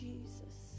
Jesus